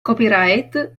copyright